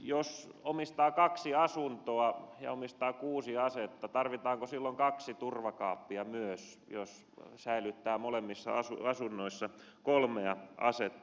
jos omistaa kaksi asuntoa ja omistaa kuusi asetta tarvitaanko silloin kaksi turvakaappia jos säilyttää molemmissa asunnoissa kolmea asetta